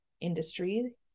industry